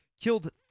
killed